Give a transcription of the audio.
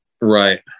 Right